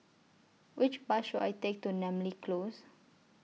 Which Bus should I Take to Namly Close